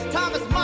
Thomas